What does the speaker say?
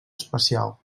especial